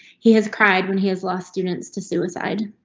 he has cried when he is lost. students to suicide.